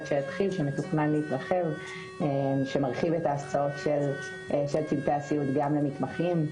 שהתחיל ומתוכנן להתרחב שמרחיב את ההסעות של צוותי הסיעוד גם למתמחים.